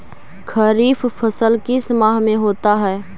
खरिफ फसल किस माह में होता है?